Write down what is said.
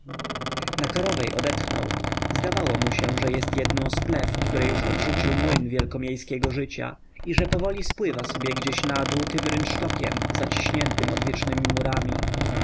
karowej odetchnął zdawało mu się że jest jedną z plew które już odrzucił młyn wielkomiejskiego życia i że powoli spływa sobie gdzieś na dół tym rynsztokiem zaciśniętym odwiecznemi murami